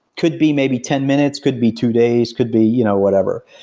could be maybe ten minutes, could be two days could be you know whatever.